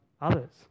others